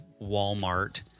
Walmart